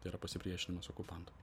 tai yra pasipriešinimas okupanto